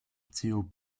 zob